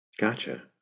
gotcha